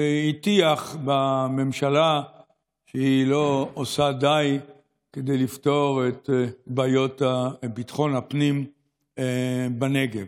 והטיח בממשלה שהיא לא עושה די לפתור את בעיות ביטחון הפנים בנגב.